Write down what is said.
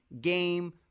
game